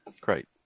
Great